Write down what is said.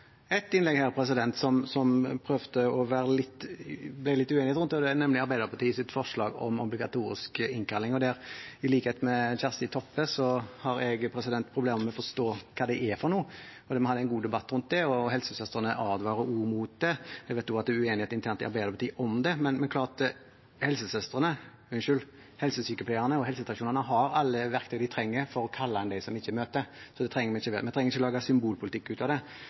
innlegg her som det ble litt uenighet rundt, og det var knyttet til Arbeiderpartiets forslag om obligatorisk innkalling. I likhet med Kjersti Toppe har jeg problemer med å forstå hva det er for noe. Vi hadde en god debatt om det, og helsesøstrene advarer også mot det. Jeg vet også at det er uenighet internt i Arbeiderpartiet om dette. Helsesykepleierne og helsestasjonene har alle de verktøyene de trenger for å kalle inn dem som ikke møter. Så vi trenger ikke lage symbolpolitikk av dette. Når det gjelder handlekraft, er det blitt gjort en del på vaksineområdet. Jeg har behov for å si det når en blir angrepet for manglende handlekraft. De siste årene har det